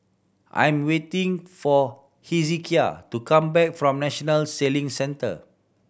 I'm waiting for Hezekiah to come back from National Sailing Centre